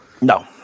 no